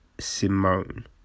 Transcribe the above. Simone